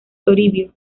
toribio